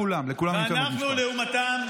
לעומתם,